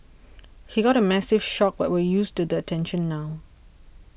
he got a massive shock but we're used to the attention now